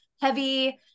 heavy